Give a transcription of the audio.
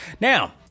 Now